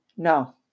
no